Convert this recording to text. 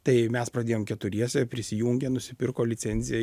tai mes pradėjom keturiese prisijungė nusipirko licenziją